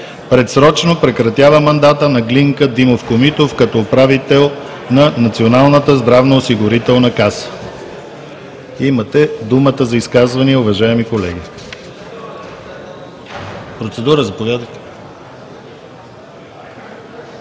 Предсрочно прекратява мандата на Глинка Димов Комитов като управител на Националната здравноосигурителна каса.“ Имате думата за изказвания, уважаеми колеги.